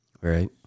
Right